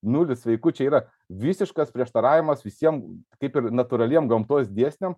nulis sveikų čia yra visiškas prieštaravimas visiems kaip ir natūraliem gamtos dėsniam